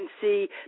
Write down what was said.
see